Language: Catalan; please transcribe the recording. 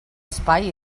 espai